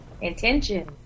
Intention